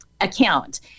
account